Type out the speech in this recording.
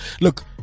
look